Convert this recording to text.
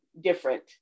different